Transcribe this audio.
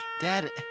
Dad